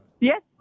Yes